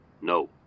No